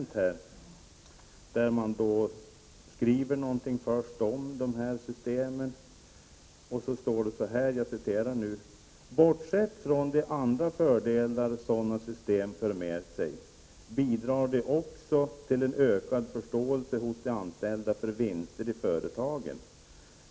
Jag har framför mig ett dokument där det skrivs om dessa system. Det står bl.a.: ”Bortsett från de andra fördelar sådana system för med sig, bidrar det också till en ökad förståelse hos de anställda för vinster i företagen.